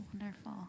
Wonderful